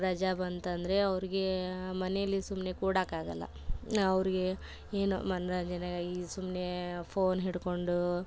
ರಜೆ ಬಂತು ಅಂದರೆ ಅವ್ರ್ಗೆ ಮನೇಲ್ಲಿ ಸುಮ್ಮನೆ ಕೂಡಕ್ಕೆ ಆಗೋಲ್ಲ ನಾನು ಅವ್ರಿಗೆ ಏನೋ ಮನರಂಜನೆ ಈ ಸುಮ್ಮನೆ ಫೋನ್ ಹಿಡ್ಕೊಂಡು